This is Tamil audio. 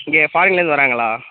இங்கே ஃபாரின்லருந்து வராங்களா